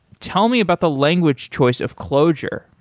tell me about the language choice of clojure.